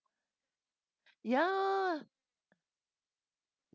ya